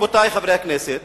רבותי חברי הכנסת,